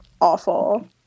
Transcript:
awful